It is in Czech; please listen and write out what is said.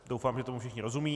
Doufám, že tomu všichni rozumí.